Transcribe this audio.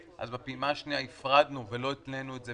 אז בפעימה השנייה הפרדנו ולא התנינו את זה